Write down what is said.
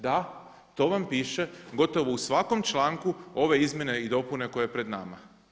Da, to vam piše gotovo u svakom članku ove izmjene i dopune koja je pred nama.